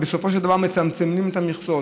הם בסופו של דבר מצמצמים את המכסות,